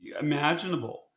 imaginable